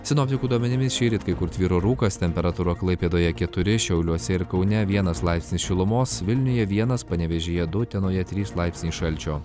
sinoptikų duomenimis šįryt kai kur tvyro rūkas temperatūra klaipėdoje keturi šiauliuose ir kaune vienas laipsnis šilumos vilniuje vienas panevėžyje du utenoje trys laipsniai šalčio